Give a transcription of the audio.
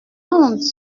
honte